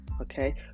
Okay